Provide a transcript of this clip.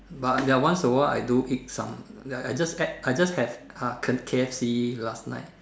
but ya once awhile I do eat some I just had I just have Kent K_F_C last night